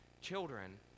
children